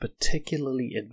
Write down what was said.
particularly